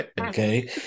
okay